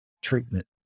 treatment